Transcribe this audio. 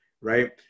Right